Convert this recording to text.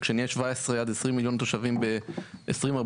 וכשנהיה 17-20 מיליון תושבים ב-2048,